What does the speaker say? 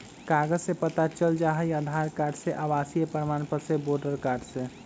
कागज से पता चल जाहई, आधार कार्ड से, आवासीय प्रमाण पत्र से, वोटर कार्ड से?